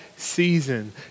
season